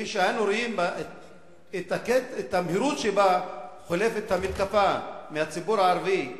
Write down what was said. וכשאנו רואים את המהירות שבה חולפת המתקפה מהציבור הערבי,